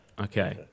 okay